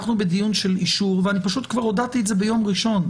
אנחנו בדיון של אישור ואני פשוט כבר הודעתי את זה ביום ראשון,